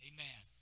Amen